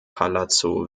palazzo